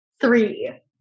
Three